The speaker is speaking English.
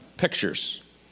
Pictures